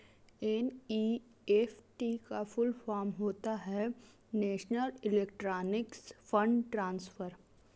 NEFT का full form होता है नेशनल इलेक्ट्रॉनिक्स फण्ड ट्रांसफर